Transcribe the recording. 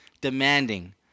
Demanding